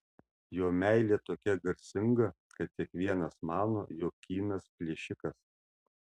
jo meilė tokia garsinga kad kiekvienas mano jog kynas plėšikas